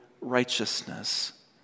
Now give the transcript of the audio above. righteousness